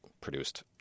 produced